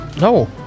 No